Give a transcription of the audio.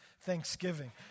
thanksgiving